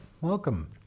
welcome